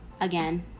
again